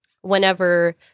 whenever